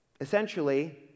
Essentially